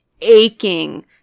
aching